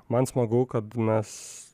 man smagu kad mes